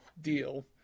deal